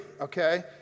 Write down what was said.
okay